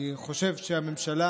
אני חושב שהממשלה